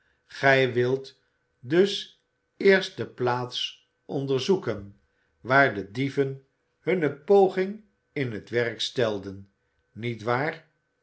oij wilt dus eerst de plaats onderzoeken waar de dieven hunne poging in het werk stelden niet waar